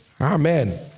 Amen